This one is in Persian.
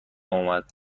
اومد